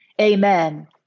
amen